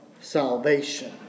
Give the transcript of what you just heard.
salvation